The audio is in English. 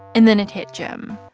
and then it hit jim.